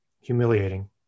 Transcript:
humiliating